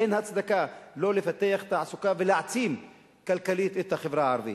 אין הצדקה לא לפתח תעסוקה ולהעצים כלכלית את החברה הערבית.